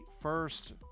first